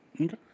Okay